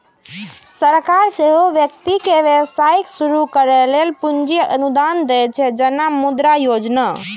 सरकार सेहो व्यक्ति कें व्यवसाय शुरू करै लेल पूंजी अनुदान दै छै, जेना मुद्रा योजना